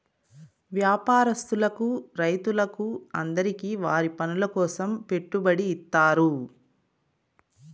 వ్యాపారస్తులకు రైతులకు అందరికీ వారి పనుల కోసం పెట్టుబడి ఇత్తారు